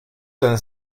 ten